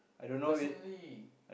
personally